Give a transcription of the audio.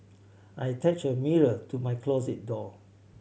I attached a mirror to my closet door